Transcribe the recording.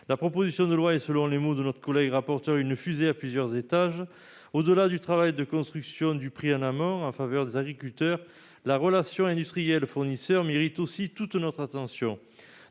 proposition de loi est, selon le rapporteur, une « fusée à plusieurs étages ». Au-delà du travail de construction du prix en amont en faveur des agriculteurs, la relation industriel-fournisseur mérite aussi toute notre attention.